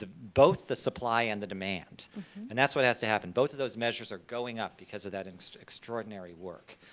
both the supply and the demand and that's what has to happen. both of those measures are going up because of that and extraordinary work.